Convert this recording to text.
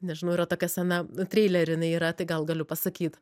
nežinau yra tokia scena treilery jinai yra tai gal galiu pasakyt